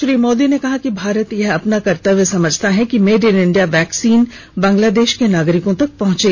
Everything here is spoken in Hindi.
श्री मोदी ने कहा कि भारत यह अपना कर्तव्य समझता है कि made in India vaccine Bangladesh के नागरिकों तक पहुंचे